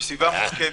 בסביבה מורכבת.